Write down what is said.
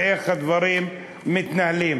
איך הדברים מתנהלים.